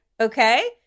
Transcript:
Okay